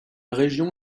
région